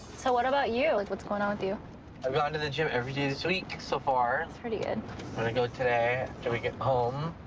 so what about you? what's going on with you? i've gone to the gym every day this week so far. that's pretty good. i'm gonna go today after we get home.